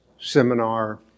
seminar